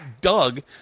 Doug